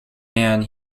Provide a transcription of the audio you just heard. man